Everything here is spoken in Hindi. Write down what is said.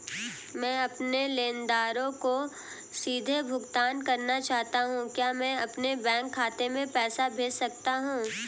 मैं अपने लेनदारों को सीधे भुगतान करना चाहता हूँ क्या मैं अपने बैंक खाते में पैसा भेज सकता हूँ?